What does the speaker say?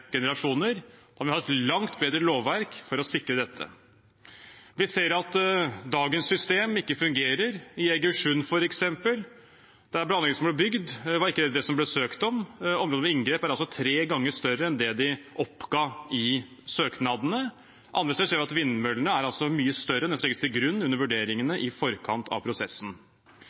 generasjoner, og vi må ha et langt bedre lovverk for å sikre dette. Vi ser at dagens system ikke fungerer. I Egersund, f.eks., var anlegget som ble bygd, ikke det som det ble søkt om. Områdene med inngrep er tre ganger større enn det de oppga i søknadene. Andre steder ser vi at vindmøllene er mye større enn det som legges til grunn under vurderingene i forkant av prosessen.